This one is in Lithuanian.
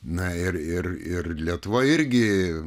na ir ir ir lietuva irgi